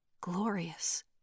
Glorious